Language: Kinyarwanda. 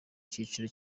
cyiciro